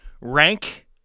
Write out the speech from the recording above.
Rank